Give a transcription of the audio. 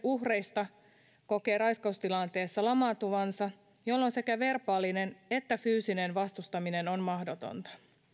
uhreista kokee raiskaustilanteessa lamaantuvansa jolloin sekä verbaalinen että fyysinen vastustaminen on mahdotonta